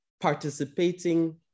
participating